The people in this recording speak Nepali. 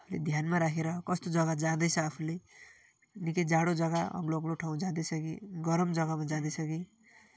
अलि ध्यानमा राखेर कस्तो जग्गा जाँदैछ आफूले निकै जाडो जग्गा अग्लो अग्लो ठाउँ जाँदैछ कि गरम जग्गामा जाँदैछ कि